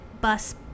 bus